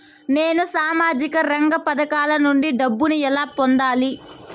నేను సామాజిక రంగ పథకాల నుండి డబ్బుని ఎలా పొందాలి?